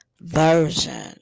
Version